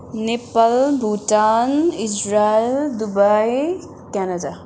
Nepal Bhutan Israel Dubai Canada